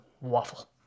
waffle